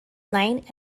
knight